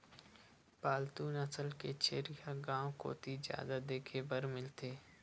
पालतू नसल के छेरी ह गांव कोती जादा देखे बर मिलथे